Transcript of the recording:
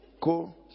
co